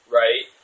right